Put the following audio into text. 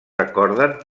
recorden